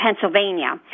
Pennsylvania